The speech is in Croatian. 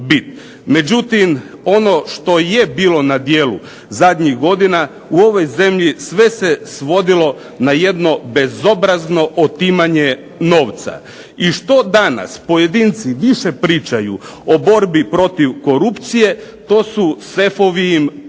Međutim, ono što je bilo na djelu zadnjih godina u ovoj zemlji sve se svodilo na jedno bezobrazno otimanje novca. I što danas pojedinci više pričaju o borbi protiv korupcije to su sefovi im puniji